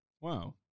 Wow